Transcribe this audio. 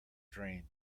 dream